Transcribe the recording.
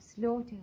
slaughter